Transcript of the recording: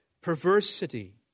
perversity